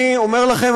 אני אומר לכם,